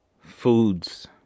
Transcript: Foods